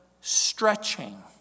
Stretching